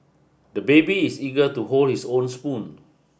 the baby is eager to hold his own spoon